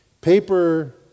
Paper